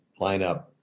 lineup